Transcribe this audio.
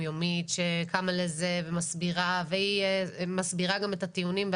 יומית שקמה לזה והיא מסבירה ומסבירה גם את הטיעונים,